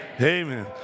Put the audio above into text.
amen